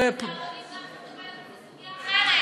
צהרונים זו סוגיה אחרת.